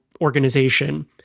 organization